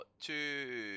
two